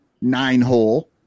nine-hole